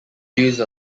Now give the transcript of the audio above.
use